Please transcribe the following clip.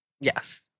Yes